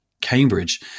Cambridge